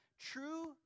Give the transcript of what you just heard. True